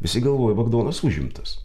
visi galvoja bagdonas užimtas